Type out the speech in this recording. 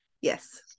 Yes